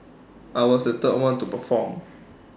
I was the third one to perform